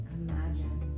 imagine